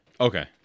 okay